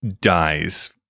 dies